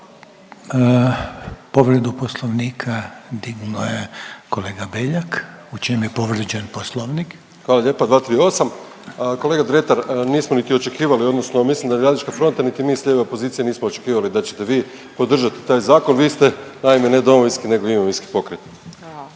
Povreda Poslovnika dignuo je kolega Beljak. U čem je povrijeđen Poslovnik? **Beljak, Krešo (HSS)** Hvala lijepo. 238., kolega Dretar nismo niti očekivali odnosno mislim da ni Radnička fronta niti mi s lijeve pozicije nismo očekivali da ćete vi podržati taj zakon, vi ste naime ne domovinski nego imovinski pokret.